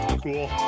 Cool